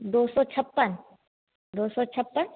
दो सौ छप्पन दो सौ छप्पन